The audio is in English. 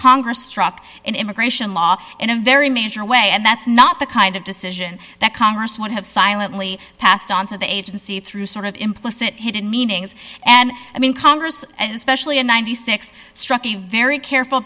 congress struck in immigration law in a very major way and that's not the kind of decision that congress would have silently passed on to the agency through sort of implicit hidden meanings and i mean congress and especially in ninety six struck a very careful